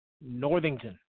Northington